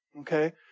Okay